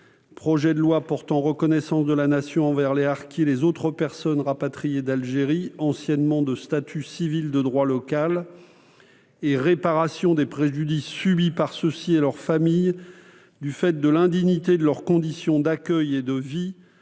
projet de loi portant reconnaissance de la Nation envers les harkis et les autres personnes rapatriées d'Algérie anciennement de statut civil de droit local et réparation des préjudices subis par ceux-ci et leurs familles du fait de l'indignité de leurs conditions d'accueil et de vie